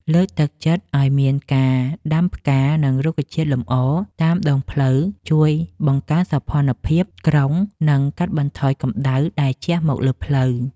លើកទឹកចិត្តឱ្យមានការដាំផ្កា និង រុក្ខជាតិលម្អតាមដងផ្លូវជួយបង្កើនសោភ័ណភាពក្រុង និង កាត់បន្ថយកម្ដៅដែលជះមកលើផ្លូវ។